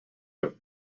have